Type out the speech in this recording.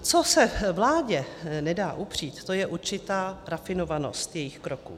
Co se vládě nedá upřít, to je určitá rafinovanost jejích kroků.